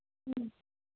ꯎꯝ